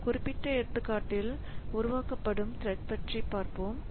இந்த குறிப்பிட்ட எடுத்துக்காட்டில் உருவாக்கப்படும் த்ரெட் பற்றி பார்ப்போம்